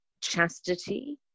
chastity